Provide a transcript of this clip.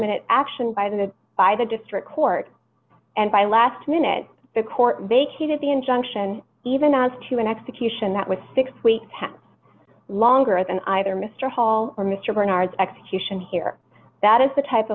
minute action by the by the district court and by last minute the court vacated the injunction even as to an execution that was six weeks longer than either mister hall or mister bernard's execution here that is the type